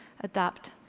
adapt